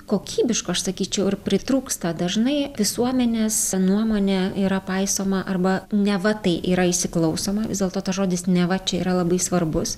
kokybiškų aš sakyčiau ir pritrūksta dažnai visuomenės nuomonė yra paisoma arba neva tai yra įsiklausoma vis dėlto tas žodis neva čia yra labai svarbus